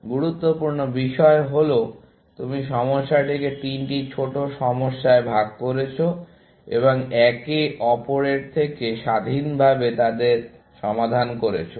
গুরুত্বপূর্ণ বিষয় হল তুমি সমস্যাটিকে তিনটি ছোট সমস্যায় ভাগ করেছো এবং একে অপরের থেকে স্বাধীনভাবে তাদের সমাধান করেছো